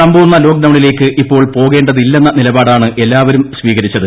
സമ്പൂർണ ലോക് ഡൌണിലേക്ക് ഇപ്പോൾ പോകേണ്ടതിക്ലെന്ന നിലപാടാണ് എല്ലാവരും സ്വീകരിച്ചത്